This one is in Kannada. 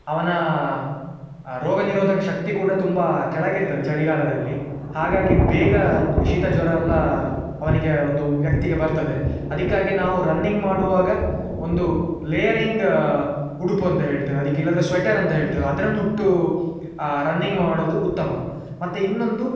ಅವನ ರೋಗನಿರೋಧಕ ಶಕ್ತಿ ಕೂಡ ತುಂಬ ಕೆಳಗಿರ್ತದೆ ಚಳಿಗಾಲದಲ್ಲಿ ಹಾಗಾಗಿ ಬೇಗ ಶೀತ ಜ್ವರ ಎಲ್ಲ ಅವನಿಗೆ ಒಂದು ವ್ಯಕ್ತಿಗೆ ಬರ್ತದೆ ಅದಕ್ಕಾಗಿ ನಾವು ರನ್ನಿಂಗ್ ಮಾಡುವಾಗ ಒಂದು ಲೇಯರಿಂಗ್ ಉಡುಪು ಅಂತ ಹೇಳ್ತೇವದಕ್ಕೆ ಇಲ್ಲದ್ರೆ ಸ್ವೆಟರಂತ ಹೇಳ್ತೇವೆ ಅದನ್ನುಟ್ಟು ರನ್ನಿಂಗ್ ಮಾಡೋದು ಉತ್ತಮ ಮತ್ತು ಇನ್ನೊಂದು